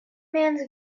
mans